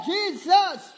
Jesus